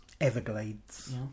Everglades